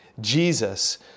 Jesus